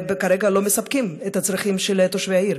כרגע לא מספקת את הצרכים של תושבי העיר.